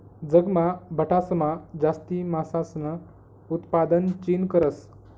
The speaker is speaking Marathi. जगमा बठासमा जास्ती मासासनं उतपादन चीन करस